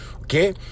okay